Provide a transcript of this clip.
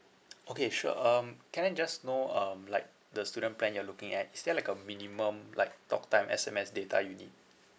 okay sure um can I just know um like the student plan you are looking at is there like a minimum like talk time S_M_S data you need